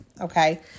okay